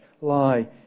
lie